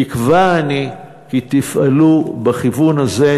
תקווה אני כי תפעלו בכיוון הזה.